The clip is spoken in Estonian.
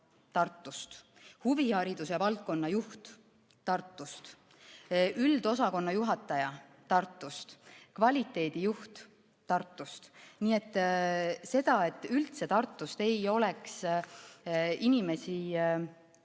Tartust, huvihariduse valdkonna juht Tartust, üldosakonna juhataja Tartust, kvaliteedijuht Tartust. Nii et see, et üldse Tartust ei oleks inimesi